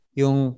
yung